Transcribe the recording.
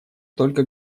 только